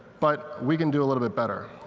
but we can do a little bit better.